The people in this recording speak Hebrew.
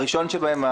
הראשון שבהם,